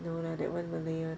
no lah that [one] malay [one]